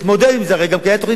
הרי היתה גם תוכנית להרוס את הכול.